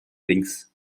links